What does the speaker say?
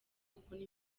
kubona